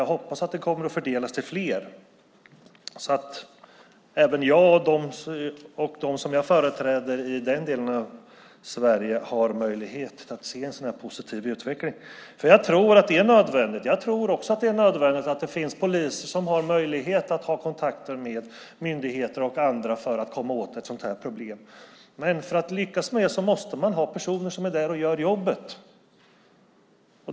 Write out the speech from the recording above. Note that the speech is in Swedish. Jag hoppas att den kommer att fördelas till fler, så att även jag och de som jag företräder i den delen av Sverige får möjlighet att se en sådan här positiv utveckling. Jag tror också att det är nödvändigt att det finns poliser som har kontakter med myndigheter och andra för att komma åt det här problemet. Men för att lyckas med det måste det finnas personer som är där och gör jobbet.